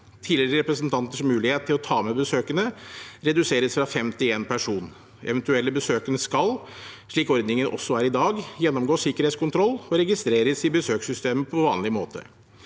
Tidligere representanters mulighet til å ta med besøkende reduseres fra fem personer til én person. Eventuelle besøkende skal – slik ordningen også er i dag – gjennomgå sikkerhetskontroll og registreres i besøkssystemet på vanlig måte.